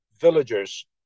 villagers